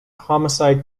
homicide